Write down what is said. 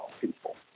people